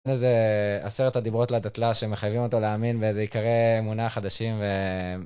איזה עשרת הדיברות לדתל"ש, שמחייבים אותו להאמין באיזה עיקרי אמונה חדשים ו...